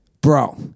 bro